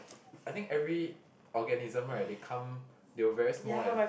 I think every organism right they come they were very small and